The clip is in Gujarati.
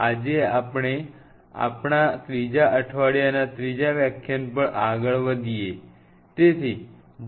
આજે આપણે આપણા ત્રીજા અઠવાડિયાના ત્રીજા વ્યાખ્યાન પર આગળ વધીએ અમે તે w3 L3 વિશે વાત કરીશું